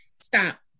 Stop